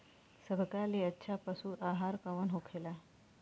सबका ले अच्छा पशु आहार कवन होखेला?